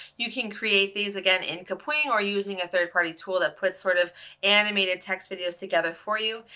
you can create these again in kapwing or using a third party tool that puts sort of animated text videos together for you.